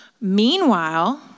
Meanwhile